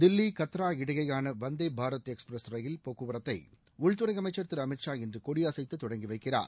தில்லி கத்ரா இடையேயான வந்தே பாரத் எக்ஸ்பிரஸ் ரயில் போக்குவரத்தை உள்துறை அமைச்சர் திரு அமித் ஷா இன்று கொடியசைத்து தொடங்கி வைக்கிறார்